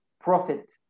profit